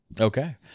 Okay